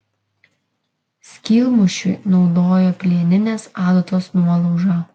skylmušiui naudojo plieninės adatos nuolaužą